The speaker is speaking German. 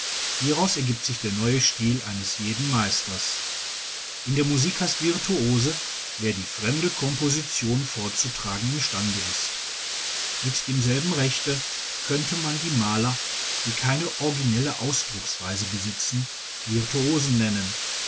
hieraus ergibt sich der neue stil eines jeden meisters in der musik heißt virtuose wer die fremde komposition vorzutragen imstande ist mit demselben rechte könnte man die maler die keine originelle ausdrucksweise besitzen virtuosen nennen